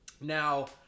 Now